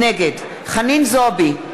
נגד חנין זועבי,